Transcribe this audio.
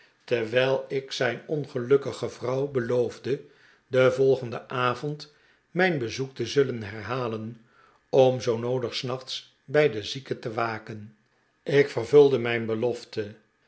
terwijl ik zijn ongelukkige vrouw beloofde den volgenden avond mijn bezoek te zullen herhalen om zoo noodig s nachts bij den zieke te waken ik vervulde mijn belofte